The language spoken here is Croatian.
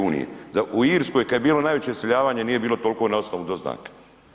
U Irskoj kad je bilo najveće iseljavanje nije bilo toliko na osnovu doznaka.